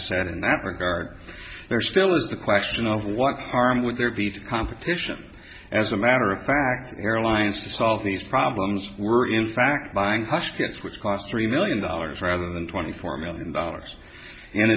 said in that regard there still is the question of what harm would there be to competition as a matter of fact the airlines to solve these problems were in fact buying hush gets which cost three million dollars rather than twenty four million dollars in